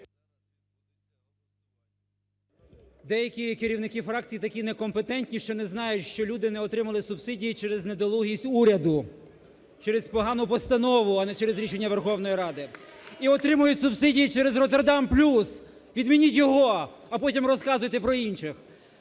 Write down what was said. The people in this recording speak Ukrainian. Деякі керівники фракцій, такі не компетентні, що не знають, що люди не отримали субсидії через недолугість уряду. Через погану постанову, а не через рішення Верховної Ради і отримують субсидії через "Роттердам плюс", відмініть його, а потім розказуйте про інших.